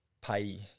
pay